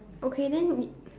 okay then is